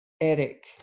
Eric